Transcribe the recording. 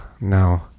no